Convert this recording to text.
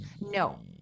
no